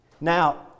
Now